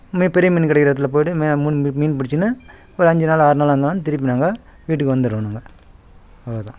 இதுமாரி பெரிய மீன் கிடைக்கிற இடத்துல போய்ட்டு இதுமாரி மூன் மீன் பிடிச்சின்னு ஒரு அஞ்சு நாள் ஆறு நாளாக இருந்தாலும் திருப்பி நாங்கள் வீட்டுக்கு வந்துடுறோம் நாங்கள் அவ்வளோதான்